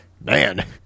Man